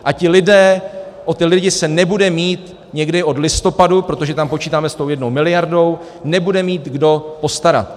O ty lidi se nebude mít někdy od listopadu, protože tam počítáme s tou jednou miliardou, nebude mít kdo postarat.